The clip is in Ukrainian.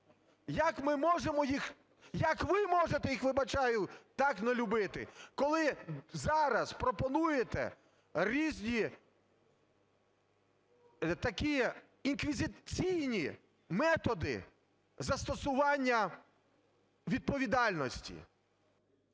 як ви можете їх, вибачаюсь, так не любити, коли зараз пропонуєте різні, такі інквізиційні методи застосування відповідальності?